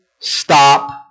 Stop